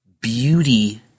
beauty